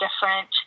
different